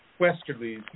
westerlies